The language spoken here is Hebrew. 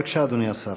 בבקשה, אדוני השר.